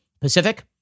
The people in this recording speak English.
Pacific